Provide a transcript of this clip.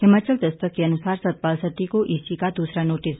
हिमाचल दस्तक के अनुसार सतपाल सत्ती को ईसी का दूसरा नोटिस